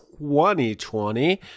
2020